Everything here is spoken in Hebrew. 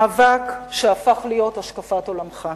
מאבק שהפך להיות השקפת עולמך.